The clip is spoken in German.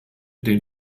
den